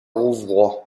rouvroy